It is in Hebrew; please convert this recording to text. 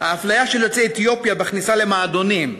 האפליה של יוצאי אתיופיה בכניסה למועדונים,